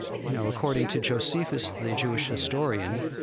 you know, according to josephus, the jewish historian,